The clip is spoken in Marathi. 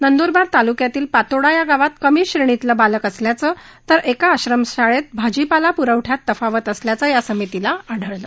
नंदुरबार तालुक्यातील पातोडा या गावात कमी श्रेणीतलं बालक असल्याचं तर क्रि आश्रमशाळेत भाजीपाला पुरवठ्यात तफावत असल्याचं या समितीला आढळलं